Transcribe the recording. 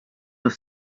have